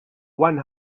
one